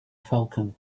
falcon